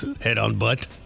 Head-on-butt